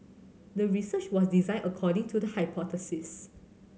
the research was designed according to the hypothesis